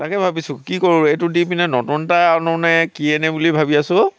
তাকে ভাবিছোঁ কি কৰোঁ এইটো দি পিনে নতুন এটা আনোনে কি আনো বুলি ভাবি আছোঁ অ'